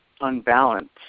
unbalanced